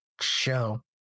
show